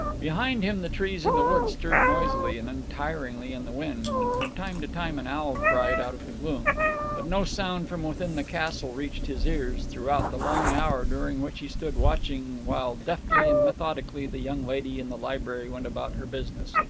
behind him the trees in the wood stirred noisily and untiringly in the wind, and from time to time an owl cried out of the gloom but no sound from within the castle reached his ears throughout the long hour during which he stood watching while deftly and methodically the young lady in the library went about her business.